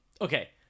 Okay